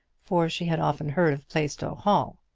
for she had often heard of plaistow hall.